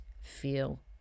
feel